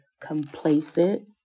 complacent